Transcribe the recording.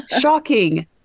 shocking